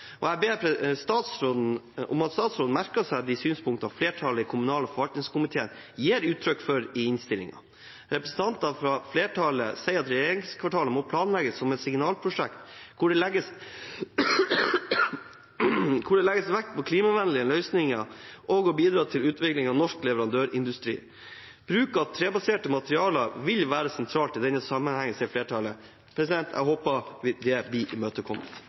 Jeg ber statsråden merke seg de synspunktene som flertallet i kommunal- og forvaltningskomiteen gir uttrykk for i innstillingen. Representantene fra flertallet sier at regjeringskvartalet må planlegges som et signalprosjekt, hvor det legges vekt på klimavennlige løsninger og på å bidra til utvikling av norsk leverandørindustri. Bruk av trebaserte materialer vil være sentralt i denne sammenheng, sier flertallet. Jeg håper det blir imøtekommet.